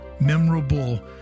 memorable